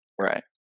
Right